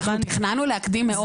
אנחנו תכננו להקדים מאוד.